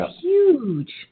huge